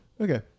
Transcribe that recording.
Okay